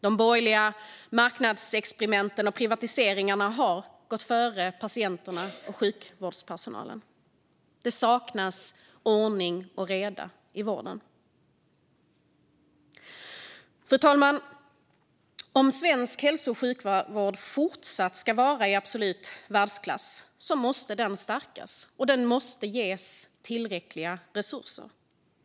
De borgerliga marknadsexperimenten och privatiseringarna har gått före patienterna och sjukvårdspersonalen. Det saknas ordning och reda i vården. Fru talman! Om svensk hälso och sjukvård ska fortsätta vara i absolut världsklass måste den stärkas och ges tillräckliga resurser.